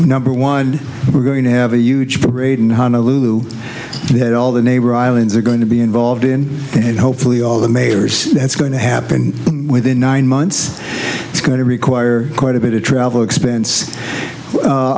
number one we're going to have a huge parade in honolulu that all the neighbor islands are going to be involved in and hopefully all the mayor says that's going to happen within nine months it's going to require quite a bit of travel expense